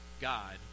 God